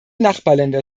nachbarländer